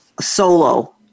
solo